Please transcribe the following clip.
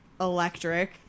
electric